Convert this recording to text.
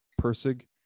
Persig